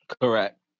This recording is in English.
Correct